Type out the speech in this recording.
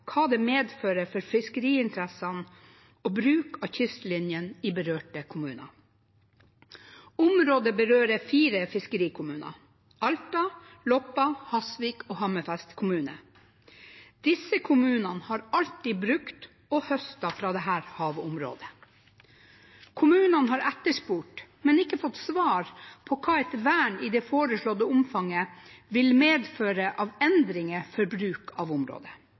hva det medfører for fiskeriinteressene og bruken av kystlinjen i berørte kommuner. Området berører fire fiskerikommuner: Alta, Loppa, Hasvik og Hammerfest. Disse kommunene har alltid brukt og høstet fra dette havområdet. Kommunene har etterspurt, men ikke fått svar på hva et vern i det foreslåtte omfanget vil medføre av endringer for bruk av området.